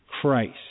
Christ